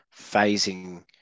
phasing